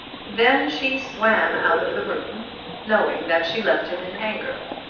then she swam out of the room knowing that she left him in anger.